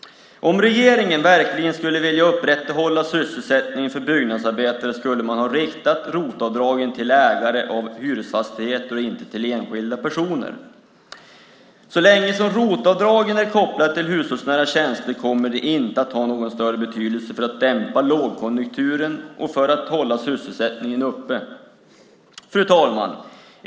Om regeringen verkligen skulle vilja upprätthålla sysselsättningen för byggnadsarbetare skulle man ha riktat ROT-avdragen till ägare av hyresfastigheter och inte till enskilda personer. Så länge ROT-avdragen är kopplade till hushållsnära tjänster kommer de inte att ha någon större betydelse för att dämpa lågkonjunkturen och hålla sysselsättningen uppe. Fru talman!